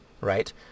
right